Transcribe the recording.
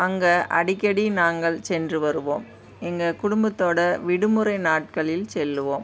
அங்கே அடிக்கடி நாங்கள் சென்று வருவோம் எங்கள் குடும்பத்தோடு விடுமுறை நாட்களில் செல்வோம்